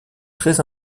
très